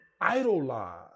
idolize